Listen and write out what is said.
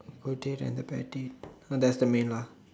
hotel and the bandit so that's the main lah